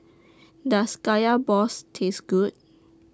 Does Kaya Balls Taste Good